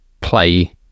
play